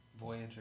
Voyager